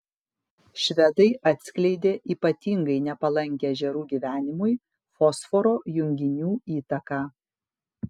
švedai atskleidė ypatingai nepalankią ežerų gyvenimui fosforo junginių įtaką